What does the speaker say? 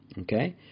Okay